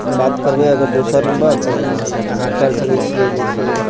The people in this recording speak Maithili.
बात करबै अगर दोसर नम्बर तऽ ई अहाँ करि सकै छियै जैसे